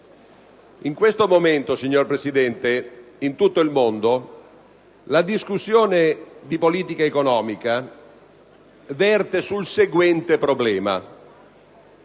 In questo momento in tutto il mondo la discussione di politica economica verte sul seguente problema: